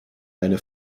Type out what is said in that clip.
eine